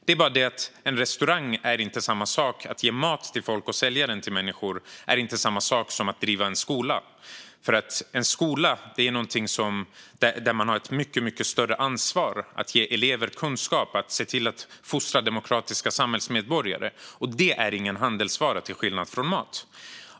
Men att ha en restaurang och sälja mat till folk är inte samma sak som att driva en skola. När det gäller en skola har man ett mycket större ansvar. Att ge elever kunskap och att fostra demokratiska samhällsmedborgare är inte handelsvaror, till skillnad från mat.